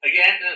Again